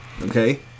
okay